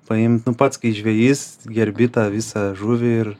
paimt nu pats kai žvejys gerbi tą visą žuvį ir